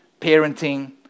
parenting